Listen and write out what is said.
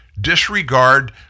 disregard